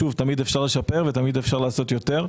תמיד אפשר לשפר ולעשות יותר,